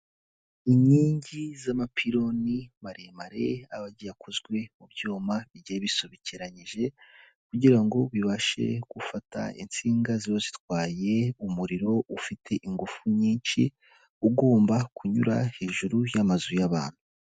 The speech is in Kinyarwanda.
Inkingi z'amapironi maremare aba agiye akozwe mu byuma bigiye bisobekeranyije kugira ngo bibashe gufata insinga ziba zitwaye umuriro ufite ingufu nyinshi, ugomba kunyura hejuru y'amazu y'abantu.